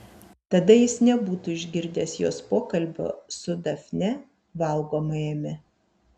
tada jis nebūtų išgirdęs jos pokalbio su dafne valgomajame